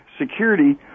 security